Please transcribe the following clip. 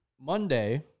Monday